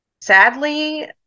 sadly